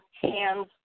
hands